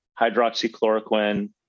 hydroxychloroquine